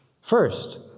First